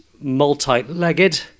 multi-legged